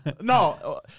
No